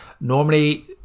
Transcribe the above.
normally